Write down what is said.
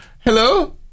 Hello